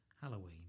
Halloween